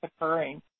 occurring